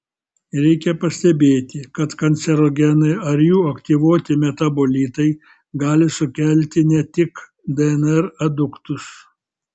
reikia pastebėti kad kancerogenai ar jų aktyvuoti metabolitai gali sukelti ne tik dnr aduktus